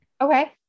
Okay